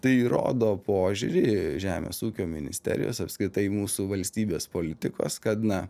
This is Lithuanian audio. tai rodo požiūrį žemės ūkio ministerijos apskritai mūsų valstybės politikos kad na